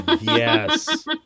Yes